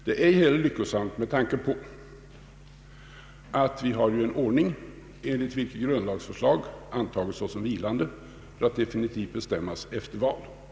Det är ej heller lyckosamt med tanke på att vi ju har en ordning enligt vilken grundlagsförslag antages såsom vilande för att definitivt beslutas efter val.